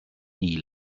nie